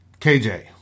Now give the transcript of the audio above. KJ